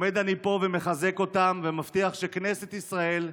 עומד אני פה ומחזק אותם, ומבטיח שכנסת ישראל,